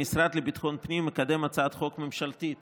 המשרד לביטחון פנים מקדם הצעת חוק ממשלתית